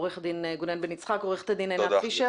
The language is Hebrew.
עו"ד עינת פישר